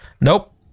Nope